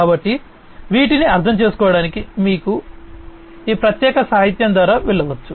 కాబట్టి వీటిని అర్థం చేసుకోవడానికి మీరు ఈ ప్రత్యేక సాహిత్యం ద్వారా వెళ్ళవచ్చు